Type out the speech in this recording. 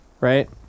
right